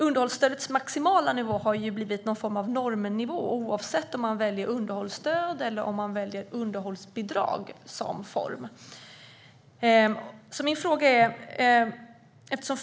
Underhållsstödets maximala nivå har blivit normnivå oavsett om man väljer underhållsstöd eller underhållsbidrag som form.